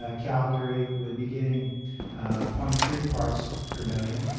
ah calgary would be getting point three parts per million.